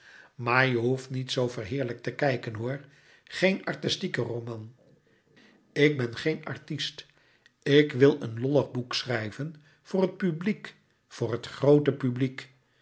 maar je hoeft niet zoo verheerlijkt te kijken hoor geen artistieke roman ik ben geen artist ik wil een lollig boek schrijven voor het publiek voor het groote publiek